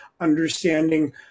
understanding